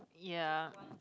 ya